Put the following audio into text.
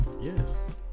Yes